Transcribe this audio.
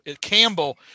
Campbell